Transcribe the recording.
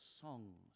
songs